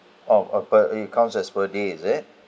oh uh per it counts as per day is it